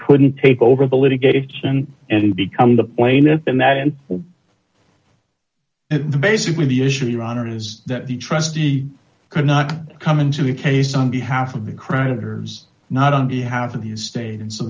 couldn't take over the litigation and become the plaintiff in that and and basically the issue of your honor is that the trustee cannot come into the case on behalf of the creditors not on behalf of the state and so